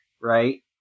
right